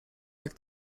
jak